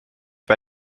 bij